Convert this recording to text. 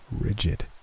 rigid